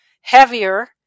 heavier